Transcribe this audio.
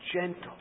gentle